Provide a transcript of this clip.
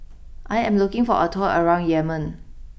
I am looking for a tour around Yemen